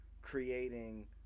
creating